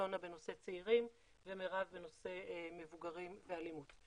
אלונה בנושא צעירים ומרב בנושא מבוגרים ואלימות.